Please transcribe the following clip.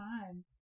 time